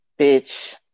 Bitch